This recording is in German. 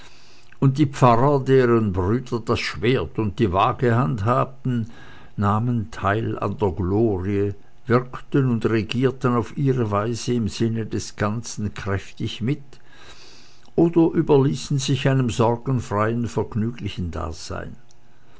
und die pfarrer deren brüder das schwert und die waage handhabten nahmen teil an der glorie wirkten und regierten auf ihre weise im sinne des ganzen kräftig mit oder überließen sich einem sorgenfreien vergnüglichen dasein